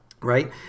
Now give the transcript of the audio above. right